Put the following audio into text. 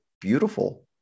beautiful